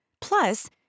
Plus